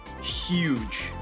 huge